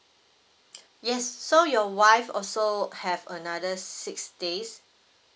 yes so your wife also have another six days